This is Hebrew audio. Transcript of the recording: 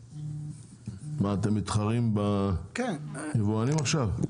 מה, אתם מתחרים ביבואנים עכשיו?